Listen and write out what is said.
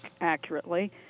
accurately